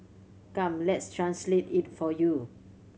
come let's translate it for you